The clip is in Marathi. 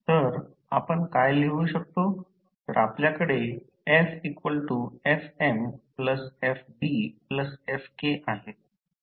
तर आपण काय लिहू शकतो तर आपल्याकडे FFmFbFk आहे